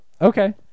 Okay